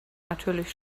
natürlich